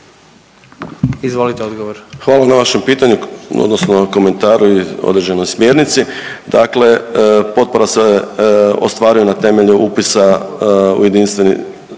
**Majdak, Tugomir** Hvala na vašem pitanju, odnosno komentaru i određenoj smjernici. Dakle, potpora se ostvaruje na temelju upisa u jedinstveni